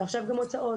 ועכשיו גם הוצאות.